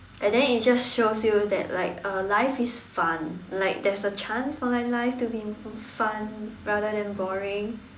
and then it just shows you that like uh life is fun like there is a chance for my life to be fun rather than boring